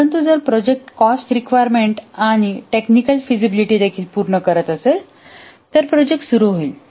परंतु जर project cost requirements आणि टेक्निकल फिजीबिलिटी देखील पूर्ण करत असेल तर प्रोजेक्ट सुरू होईल